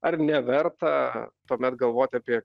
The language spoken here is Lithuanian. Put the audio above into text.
ar neverta tuomet galvot apie